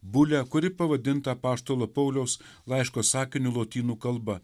bulę kuri pavadinta apaštalo pauliaus laiško sakiniu lotynų kalba